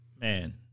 man